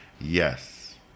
Yes